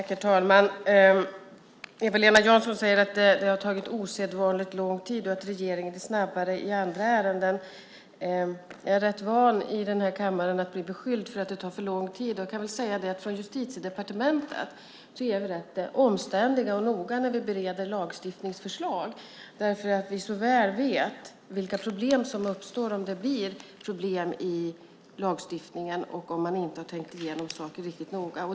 Herr talman! Eva-Lena Jansson säger att det har tagit osedvanligt lång tid och att regeringen är snabbare i andra ärenden. Jag är rätt van att i den här kammaren bli beskylld för att det tar för lång tid. I Justitiedepartementet är vi rätt omständliga och noga när vi bereder lagstiftningsförslag. Vi vet så väl vilka problem som uppstår om det blir problem med lagstiftningen och om man inte tänkt igenom saker riktigt noga.